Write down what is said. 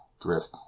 drift